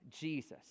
Jesus